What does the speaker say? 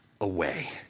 away